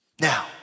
Now